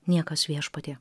niekas viešpatie